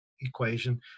equation